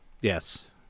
Yes